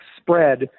spread